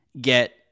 get